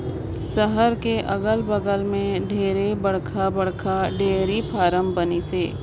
सहर के अगल बगल में ढेरे बड़खा बड़खा डेयरी फारम बनिसे